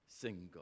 single